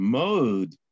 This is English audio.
mode